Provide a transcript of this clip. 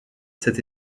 cet